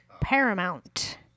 Paramount